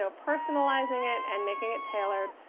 so personalizing it and making it tailored,